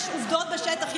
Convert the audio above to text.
יש עובדות בשטח,